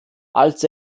als